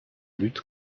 lutte